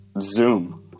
Zoom